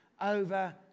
over